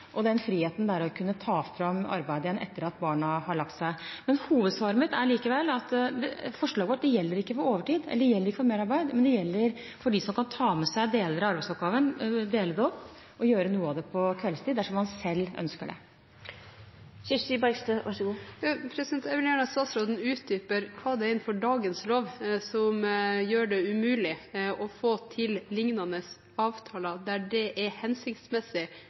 og den friheten det er å kunne ta fram arbeidet igjen etter at barna har lagt seg. Hovedsvaret mitt er likevel at forslaget vårt ikke gjelder for overtidsarbeid eller for merarbeid, det gjelder for dem som kan ta med seg deler av arbeidsoppgavene hjem, dele opp arbeidet og gjøre noe av det på kveldstid, dersom man selv ønsker det. Jeg vil gjerne at statsråden utdyper hva det er innenfor dagens lov som gjør det umulig å få til lignende avtaler der det er hensiktsmessig,